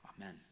Amen